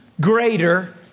greater